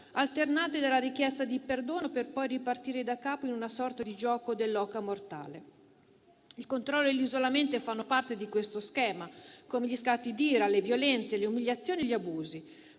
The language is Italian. alternati alla richiesta di perdono, per poi ripartire da capo in una sorta di gioco dell'oca mortale. Il controllo e l'isolamento fanno parte di questo schema, con gli scatti d'ira, le violenze, le umiliazioni e gli abusi.